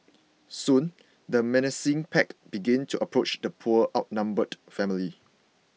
soon the menacing pack began to approach the poor outnumbered family